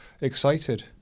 excited